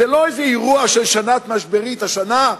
זה לא איזה אירוע של שנה משברית השנה.